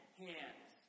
hands